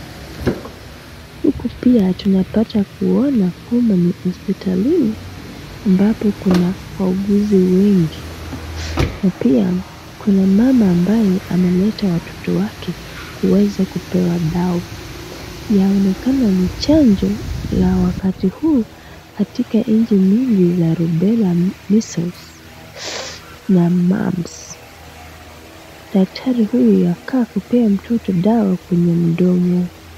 Huku pia tunapata kuona kuwa ni hospitali na ambapo kuna wauguzi wengi na pia kuna mama ambaye ameleta watoto wake kuweza kupewa dawa. Yaonekana ni chanjo la wakati huu katika nchi nyingi za Rubella, Measels na Mumps . Daktari huyu yakaa kupea mtoto dawa kwenye mdomo.